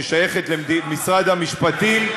ששייכת למשרד המשפטים,